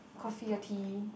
coffee or tea